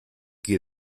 qui